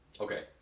Okay